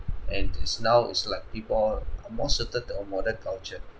and it's now it's like people are more suited to a modern culture